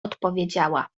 odpowiedziała